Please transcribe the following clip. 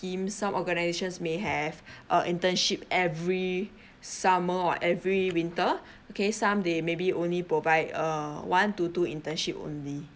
scheme some organisations may have uh internship every summer or every winter okay some they maybe only provide err one to two internship only